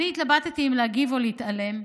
אני התלבטתי אם להגיב או להתעלם,